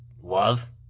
love